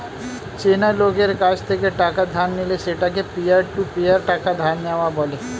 চেনা লোকের কাছ থেকে টাকা ধার নিলে সেটাকে পিয়ার টু পিয়ার টাকা ধার নেওয়া বলে